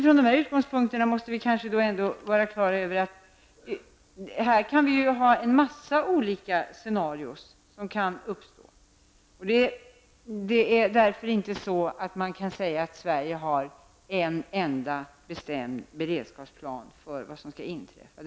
Från dessa utgångspunkter måste vi kanske ändå vara klara över att en mängd olika scenarion är tänkbara. Därför kan jag inte säga att Sverige har en enda bestämd plan här för vad som skall inträffa.